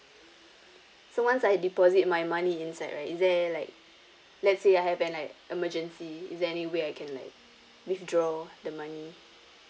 so once I deposit my money inside right is there like let's say I have an like emergency is there any way I can like withdraw the money